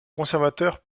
conservateur